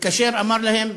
התקשר ואמר להם: